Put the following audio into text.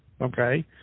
okay